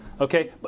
Okay